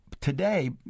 Today